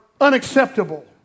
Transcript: unacceptable